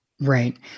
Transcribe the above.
Right